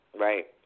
Right